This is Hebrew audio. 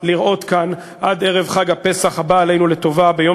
לראות כאן עד ערב חג הפסח הבא עלינו לטובה ביום